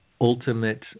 ultimate